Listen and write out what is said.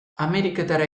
ameriketara